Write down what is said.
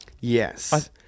Yes